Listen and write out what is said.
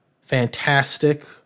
fantastic